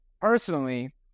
Personally